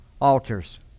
altars